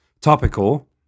topical